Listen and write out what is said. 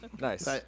Nice